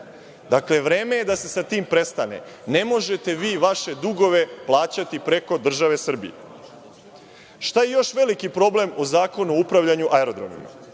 godine. Dakle, vreme je da se sa tim prestane. Ne možete vi vaše dugove plaćati preko države Srbije. šta je još veliki problem u Zakonu o upravljanju aerodromima?